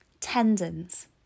Tendons